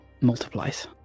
multiplies